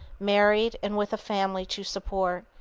married, and with a family to support,